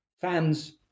fans